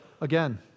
Again